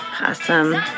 Awesome